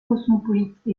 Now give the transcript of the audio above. cosmopolite